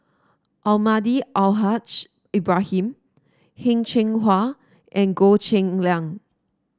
Almahdi Al Haj Ibrahim Heng Cheng Hwa and Goh Cheng Liang